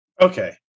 okay